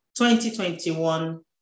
2021